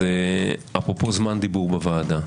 אפרופו זמן דיבור בוועדה,